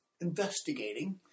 investigating